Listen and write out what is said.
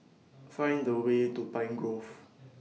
Find The Way to Pine Grove